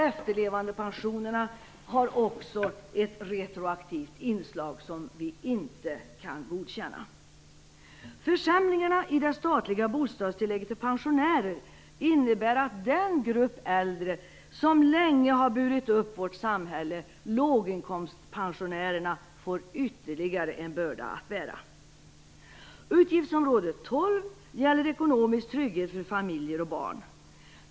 Efterlevandepensionerna har också ett retroaktivt inslag som vi inte kan godkänna. Försämringarna i det statliga bostadstillägget för pensionärer innebär att den grupp äldre som länge har burit upp vårt samhälle, låginkomstpensionärerna, får ytterligare en börda att bära. Utgiftsområde 12 gäller ekonomisk trygghet för familjer och barn.